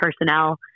personnel